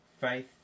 faith